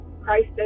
Christ